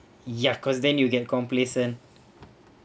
ya cause then you get complacent